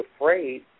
afraid